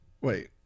Wait